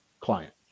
client